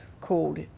called